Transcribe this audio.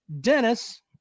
Dennis